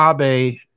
Abe